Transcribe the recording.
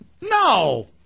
No